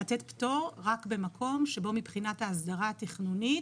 לתת פטור רק במקום שבו מבחינת ההסדרה התכנונית